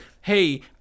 hey